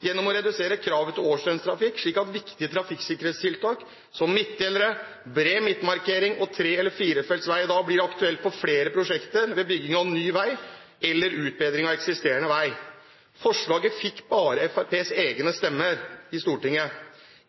gjennom å redusere kravet til årsdøgnstrafikk, slik at viktige trafikksikkerhetstiltak som midtdelere, bred midtmarkering og tre- eller firefelts vei da blir aktuelt på flere prosjekter ved bygging av ny vei, eller utbedring av eksisterende vei. Forslaget fikk bare Fremskrittspartiets egne stemmer i Stortinget.